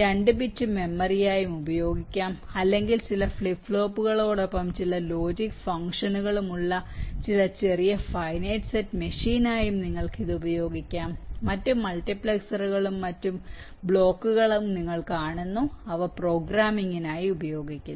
രണ്ട് ബിറ്റ് മെമ്മറിയായും ഉപയോഗിക്കാം അല്ലെങ്കിൽ ചില ഫ്ലിപ്പ് ഫ്ലോപ്പുകളോടൊപ്പം ചില ലോജിക് ഫംഗ്ഷനുകളും ഉള്ള ചില ചെറിയ ഫൈനൈറ്റ് സെറ്റ് മെഷീനായും നിങ്ങൾക്ക് ഇത് ഉപയോഗിക്കാം മറ്റ് മൾട്ടിപ്ലക്സറുകളും മറ്റ് ബ്ലോക്കുകളും നിങ്ങൾ കാണുന്നു അവ പ്രോഗ്രാമിംഗിനായി ഉപയോഗിക്കുന്നു